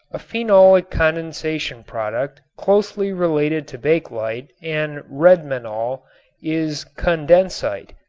a phenolic condensation product closely related to bakelite and redmanol is condensite,